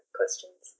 questions